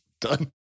done